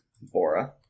Bora